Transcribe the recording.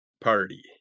Party